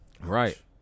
Right